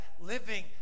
living